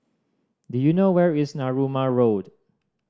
do you know where is Narooma Road